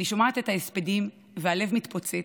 אני שומעת את ההספדים והלב מתפוצץ.